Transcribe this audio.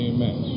Amen